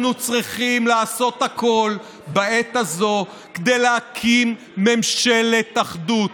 אנחנו צריכים לעשות הכול בעת הזאת כדי להקים ממשלת אחדות.